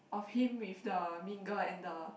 of him with the mean girl and the